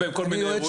מי אדוני?